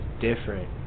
different